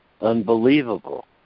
unbelievable